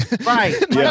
Right